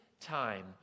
time